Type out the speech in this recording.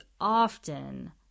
often